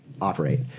operate